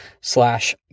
slash